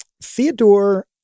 Theodore